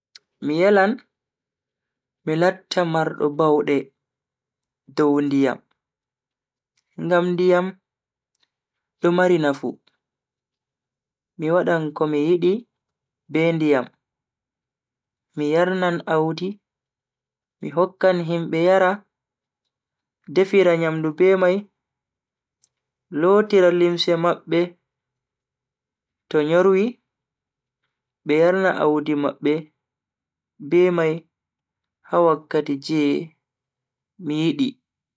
Mi yelan mi latta mardo baude dow ndiyam ngam ndiyam do mari nafu. mi wadan komi yidi be ndiyam, mi yarnan audi, mi hokkan himbe yara, defira nyamdu be mai, lotira limse mabbe to nyorwi, be yarna audi mabbe be mai ha wakkati je mi yidi.